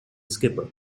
skipper